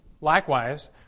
likewise